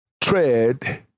tread